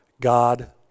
God